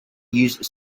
use